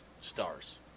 Stars